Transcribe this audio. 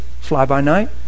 fly-by-night